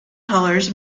colors